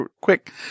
Quick